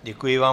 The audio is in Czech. Děkuji vám.